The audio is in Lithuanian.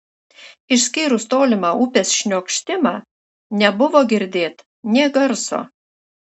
išskyrus tolimą upės šniokštimą nebuvo girdėt nė garso